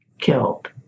killed